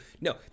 No